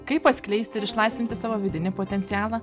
kaip atskleisti ir išlaisvinti savo vidinį potencialą